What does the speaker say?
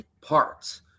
parts